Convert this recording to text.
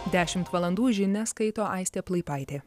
dešimt valandų žinias skaito aistė plaipaitė